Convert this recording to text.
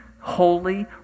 holy